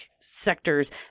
sectors